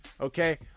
okay